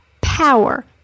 power